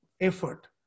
effort